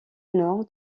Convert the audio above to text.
nord